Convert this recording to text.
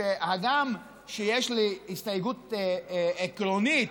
שהגם שיש לי הסתייגות עקרונית